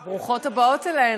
אהלן, ברוכות הבאות אלינו.